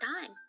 time